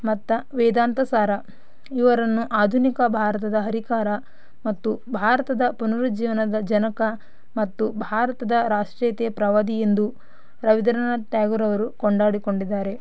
ಮತ್ತ ವೇದಾಂತ ಸಾರ ಇವರನ್ನು ಆಧುನಿಕ ಭಾರತದ ಹರಿಕಾರ ಮತ್ತು ಭಾರತದ ಪುನುರುಜ್ಜೀವನದ ಜನಕ ಮತ್ತು ಭಾರತದ ರಾಷ್ಟ್ರೀಯತೆಯ ಪ್ರವಾದಿ ಎಂದು ರವೀಂದ್ರನಾಥ ಟ್ಯಾಗೂರವರು ಕೊಂಡಾಡಿ ಕೊಂಡಿದ್ದಾರೆ